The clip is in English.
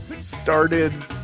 started